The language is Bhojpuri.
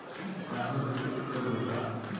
अरहर के खेती कब होला?